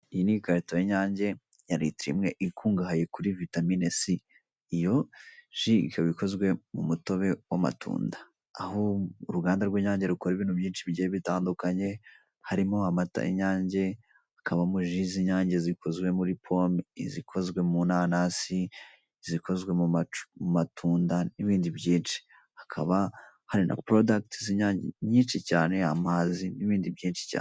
Iyi ni ikarito y'inyange ya litiro imwe ikungahaye kuri vitamine c iyo ji ikaba ikozwe mu mutobe w'amatunda aho uruganda rw'inyange rukora ibintu byinshi bigiye bitandukanye harimo; amata, inyange hakabamo amaji y'inyange zikozwe muri pome izikozwe mu nanasi zikozwe mu matunda n'ibindi byinshi hakaba hari na porodakiti nziza nyinshi cyane amazi n'ibindi byinshi cyane.